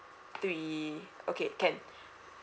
three okay can